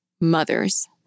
mothers